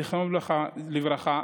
זיכרונו לברכה,